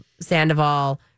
Sandoval